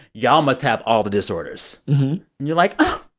y'all must have all the disorders. and you're like, oh,